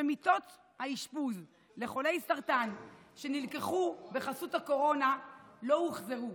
שמיטות האשפוז לחולי סרטן שנלקחו בחסות הקורונה לא הוחזרו,